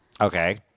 Okay